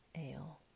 ale